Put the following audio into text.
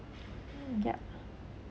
mm yup